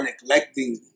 neglecting